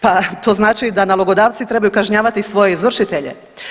Pa to znači da nalogodavci trebaju kažnjavati svoje izvršitelje.